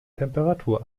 temperatur